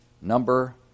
number